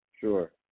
Sure